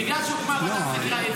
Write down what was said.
בגלל שהוקמה ועדת חקירה,